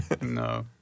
No